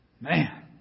man